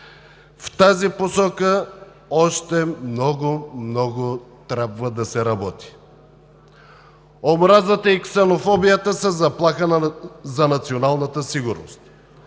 В тази посока още много, много трябва да се работи. Омразата и ксенофобията са заплаха за националната сигурност.